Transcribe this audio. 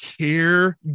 care